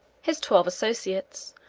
his twelve associates,